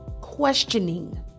questioning